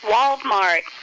Walmart